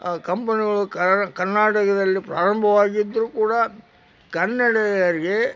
ಕಂಪನಿಗಳು ಕನ್ನಡ ಕರ್ನಾಟಕದಲ್ಲಿ ಪ್ರಾರಂಭವಾಗಿದ್ದರೂ ಕೂಡ ಕನ್ನಡಿಗರಿಗೆ